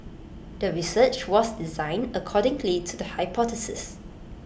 the research was designed accordingly to the hypothesis